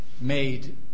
made